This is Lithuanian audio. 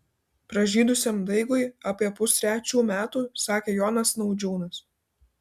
pražydusiam daigui apie pustrečių metų sakė jonas naudžiūnas